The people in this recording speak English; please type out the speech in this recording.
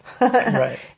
Right